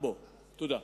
תודה.